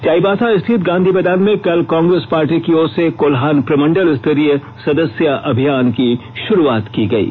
चाईबासा स्थित गांधी मैदान में कल कांग्रेस पार्टी की ओर से कोल्हान प्रमंडल स्तरीय सदस्या अभियान की शुरूआत की गयी